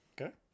Okay